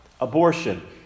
abortion